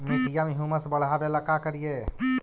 मिट्टियां में ह्यूमस बढ़ाबेला का करिए?